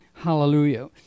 Hallelujah